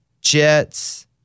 Jets